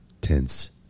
tense